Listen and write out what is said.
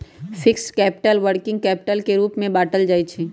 fixed capital, working capital के रूप में बाटल जाइ छइ